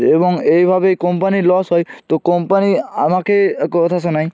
এবং এইভাবেই কোম্পানির লস হয় তো কোম্পানি আমাকে কথা শোনায়